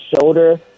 shoulder